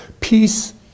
Peace